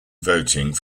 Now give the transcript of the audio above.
voting